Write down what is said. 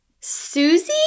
Susie